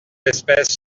espèces